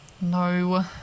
no